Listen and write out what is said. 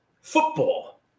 Football